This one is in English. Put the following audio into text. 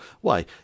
Why